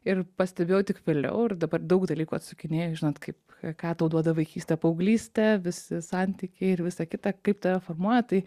ir pastebėjau tik vėliau ir dabar daug dalykų atsukinėju žinot kaip ką tau duoda vaikystė paauglystė visi santykiai ir visa kita kaip tave formuoja tai